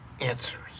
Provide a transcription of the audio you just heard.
answers